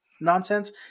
nonsense